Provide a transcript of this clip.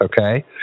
okay